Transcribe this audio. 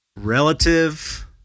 Relative